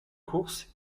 courses